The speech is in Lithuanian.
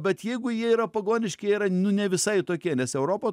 bet jeigu jie yra pagoniški jie yra nu ne visai tokie nes europa